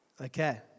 Okay